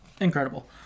incredible